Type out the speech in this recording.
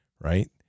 right